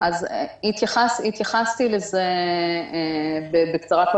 התייחסתי לזה קודם בקצרה.